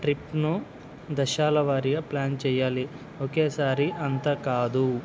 ట్రిప్ను దశాల వారిగా ప్లాన్ చెయ్యాలి ఒకేసారి అంతా కాదు